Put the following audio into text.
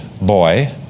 boy